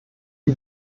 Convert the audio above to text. die